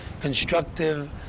constructive